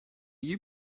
you